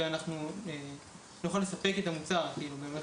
אבל אנחנו נוכל לספק את "המוצר",